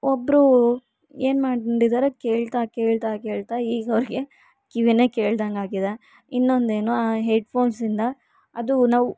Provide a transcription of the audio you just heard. ಒಬ್ಬರು ಏನು ಮಾಡಿದ್ದಾರೆ ಕೇಳ್ತಾ ಕೇಳ್ತಾ ಕೇಳ್ತಾ ಈಗ ಅವ್ರಿಗೆ ಕಿವಿಯೇ ಕೇಳ್ದಂಗಾಗಿದೆ ಇನ್ನೊಂದೇನು ಆ ಹೆಡ್ಫೋನ್ಸಿಂದ ಅದು ನಾವು